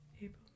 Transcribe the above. April